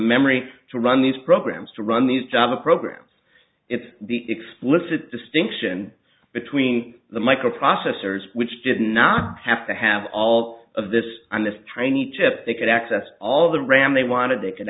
memory to run these programs to run these java programs it's the explicit distinction between the microprocessors which did not have to have all of this and this tiny chip they could access all the ram they wanted they can